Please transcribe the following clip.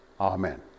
Amen